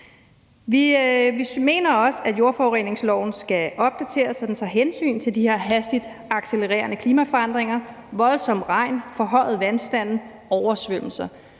Vi mener også, at jordforureningsloven skal opdateres, så den tager hensyn til de her hastigt accelererende klimaforandringer med voldsom regn, forhøjede vandstande og oversvømmelser.